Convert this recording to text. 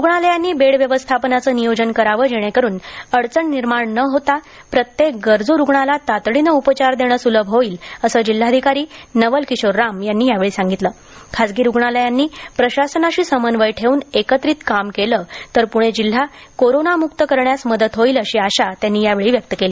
रुग्णालयांनी बेड व्यवस्थापनाचं नियोजन करावं जेणेकरून अडचण निर्माण न होता प्रत्येक गरजू रुग्णाला तातडीने उपचार देणं सुलभ होईल असं जिल्हाधिकारी नवलकिशोर राम यांनी यावेळी सांगितलं खाजगी रुग्णालयांनी प्रशासनाशी समन्वय ठेवून एकत्रित काम केलं तर पुणे जिल्हा कोरोनामुक्त करण्यास मदत होईल अशी आशा त्यांनी यावेळी व्यक्त केली